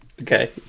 okay